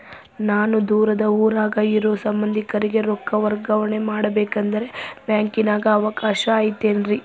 ನಮ್ಮ ದೂರದ ಊರಾಗ ಇರೋ ಸಂಬಂಧಿಕರಿಗೆ ರೊಕ್ಕ ವರ್ಗಾವಣೆ ಮಾಡಬೇಕೆಂದರೆ ಬ್ಯಾಂಕಿನಾಗೆ ಅವಕಾಶ ಐತೇನ್ರಿ?